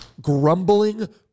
grumbling